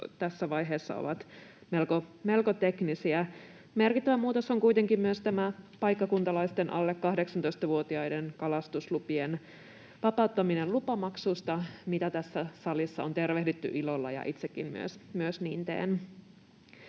tässä vaiheessa ovat melko teknisiä. Merkittävä muutos on kuitenkin myös tämä paikkakuntalaisten alle 18-vuotiaiden kalastuslupien vapauttaminen lupamaksusta, mitä tässä salissa on tervehditty ilolla, ja itsekin niin teen.